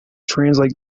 translate